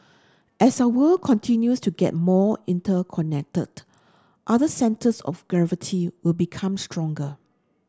as our world continues to get more interconnected other centres of gravity will become stronger